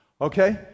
Okay